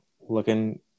looking